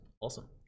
awesome